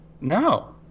No